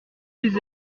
les